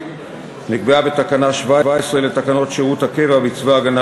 נקבעה בתקנה 17 לתקנות שירות הקבע בצבא הגנה